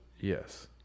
Yes